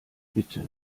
bitte